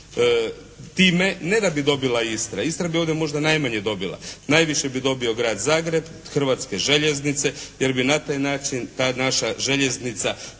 Time ne da bi dobila Istra, Istra bi ovdje možda najmanje dobila. Najviše bi dobio Grad Zagreb, Hrvatske željeznice, jer bi na taj način ta naša željeznica